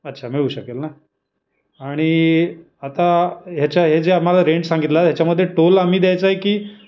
अच्छा मिळू शकेल ना आणि आता हेच्या हे जे आम्हाला रेंट सांगितला याच्यामध्ये टोल आम्ही द्यायचा आहे की